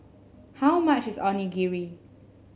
how much is Onigiri